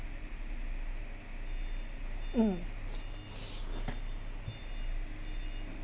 mm